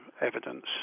evidence